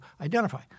identify